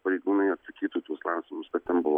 pareigūnai atsakytų į tuos klausimus kur ten buvo